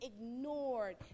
ignored